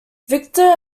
victor